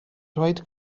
dweud